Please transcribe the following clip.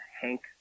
Hank